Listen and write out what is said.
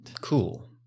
Cool